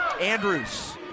Andrews